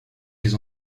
les